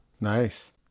nice